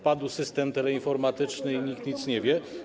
Padł system teleinformatyczny i nikt nic nie wie.